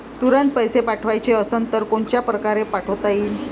तुरंत पैसे पाठवाचे असन तर कोनच्या परकारे पाठोता येईन?